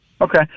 Okay